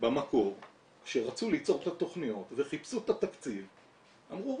במקור כשרצו ליצור את התכניות וחיפשו את התקציב אמרו,